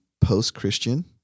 post-Christian